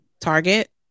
Target